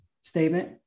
statement